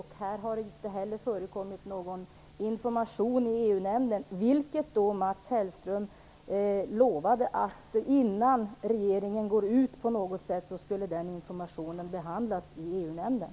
Det har inte varit någon information i EU-nämnden, även om Mats Hellström lovade att innan regeringen går ut skall information lämnas i EU-nämnden.